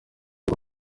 uko